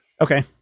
Okay